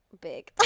Big